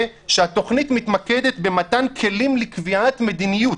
שהתכנית מתמקדת במתן כלים לקביעת מדיניות.